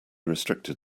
restricted